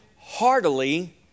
heartily